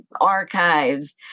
archives